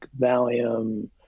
Valium